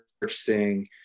purchasing